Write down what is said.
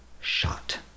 shot